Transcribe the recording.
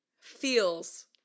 Feels